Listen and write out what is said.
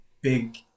big